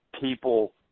people